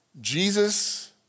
Jesus